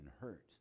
hurt